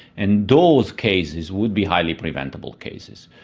and those cases would be highly preventable cases.